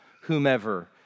whomever